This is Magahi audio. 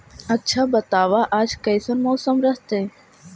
आच्छा बताब आज कैसन मौसम रहतैय?